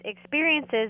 experiences